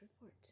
Report